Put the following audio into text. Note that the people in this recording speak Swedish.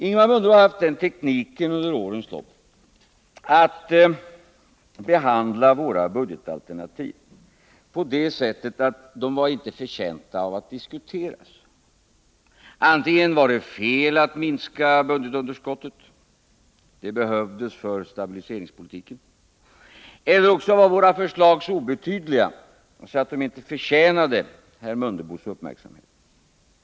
Ingemar Mundebo har under årens lopp vid behandlingen av våra budgetalternativ använt tekniken att förklara dem oförtjänta av att diskuteras. Antingen var det fel att minska budgetunderskottet — det behövdes för stabiliseringspolitiken — eller också var våra förslag så obetydliga att de inte förtjänade herr Mundebos uppmärksamhet.